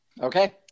Okay